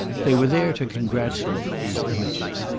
they were there to congratulate, these images,